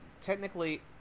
Technically